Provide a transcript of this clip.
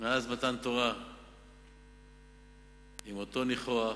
מאז מתן תורה עם אותו ניחוח.